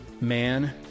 Man